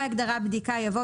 או,